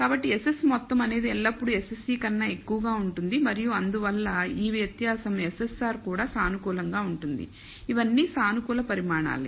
కాబట్టి SS మొత్తం అనేది ఎల్లప్పుడూ SSE కన్నా ఎక్కువగా ఉంటుంది మరియు అందువల్ల ఈ వ్యత్యాసం SSR కూడా సానుకూలంగా ఉంటుంది ఇవన్నీ సానుకూల పరిమాణాలే